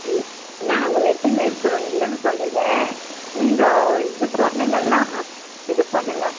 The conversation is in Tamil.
நாங்கள் வச்சுன்னு இருக்கோம் இல்லைன்னு சொல்லலை நீங்கள் இது சொன்னீங்கன்னால் இது பண்ணலாம்